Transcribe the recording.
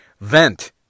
vent